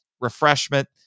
refreshment